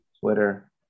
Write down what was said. Twitter